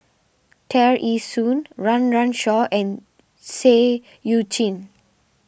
Tear Ee Soon Run Run Shaw and Seah Eu Chin